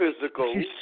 physical